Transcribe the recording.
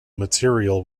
material